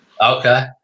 Okay